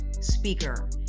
speaker